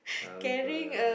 uh with a red